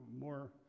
more